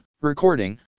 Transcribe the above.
recording